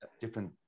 different